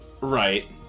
Right